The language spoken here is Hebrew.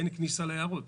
אין כניסה ליערות.